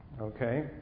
Okay